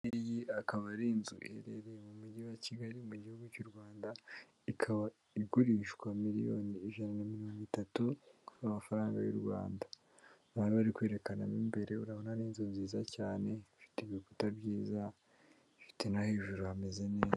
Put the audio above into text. Iyi ngiyi akaba ari inzu iherereye mu mujyi wa Kigali mu gihugu cy'u Rwanda, ikaba igurishwa miliyoni ijana na mirongo itatu y'amafaranga y'u Rwanda, bari bari kwerekana mo imbere urabona ni inzu nziza cyane, ifite ibikuta byiza ifite no hejuru hameze neza.